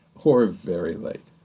or very late,